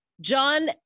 John